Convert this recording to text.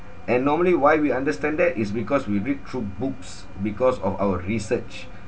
and normally why we understand that is because we read through books because of our research